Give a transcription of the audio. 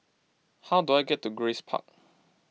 how do I get to Grace Park